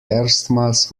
erstmals